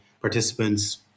participants